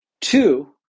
Two